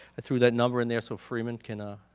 i threw that number in there so freeman can a.